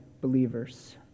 believers